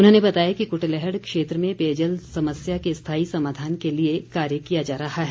उन्होंने बताया कि कुटलैहड़ क्षेत्र में पेयजल समस्या के स्थायी समाधान के लिए कार्य किया जा रहा है